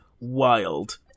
wild